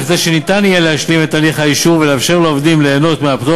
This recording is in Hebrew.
וכדי שניתן יהיה להשלים את הליך האישור ולאפשר לעובדים ליהנות מהפטור